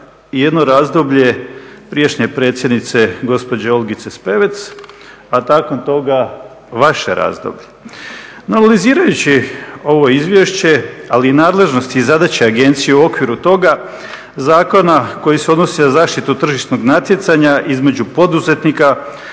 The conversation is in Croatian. jedno razdoblje prijašnje predsjednice gospođe Olgice Spevec, a nakon toga vaše razdoblje. No analizirajući ovo izvješće, ali i nadležnosti i zadaće agencije u okviru toga zakona koji se odnose na zaštitu tržišnog natjecanja između poduzetnika,